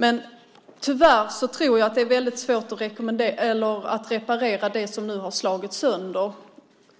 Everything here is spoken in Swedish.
Men tyvärr tror jag att det är väldigt svårt att reparera det som nu har slagits sönder.